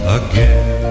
again